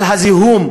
אבל הזיהום,